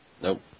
Nope